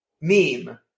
meme